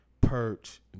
perch